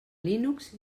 linux